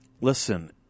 listen